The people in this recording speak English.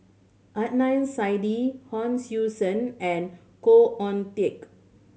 Adnan Saidi Hon Sui Sen and Khoo Oon Teik